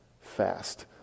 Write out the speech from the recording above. fast